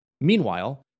Meanwhile